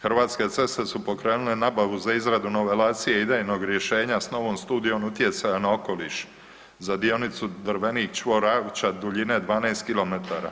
Hrvatske ceste su pokrenule nabavu za izradu novelacije idejnog rješenja s novom studijom utjecaja na okoliš za dionicu Drvenik čvor Ravča duljine 12 km.